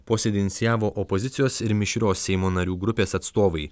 posėdį inicijavo opozicijos ir mišrios seimo narių grupės atstovai